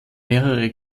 mehrere